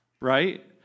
right